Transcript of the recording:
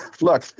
Look